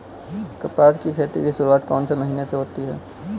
कपास की खेती की शुरुआत कौन से महीने से होती है?